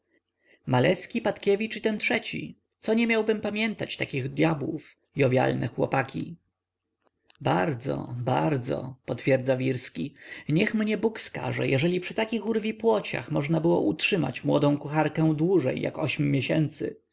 patkiewicz i ten trzeci co nie miałbym pamiętać takich dyabłów jowialne chłopaki bardzo bardzo potwierdza wirski niech mnie bóg skarze jeżeli przy tych urwipołciach można było utrzymać młodą kucharkę dłużej jak ośm miesięcy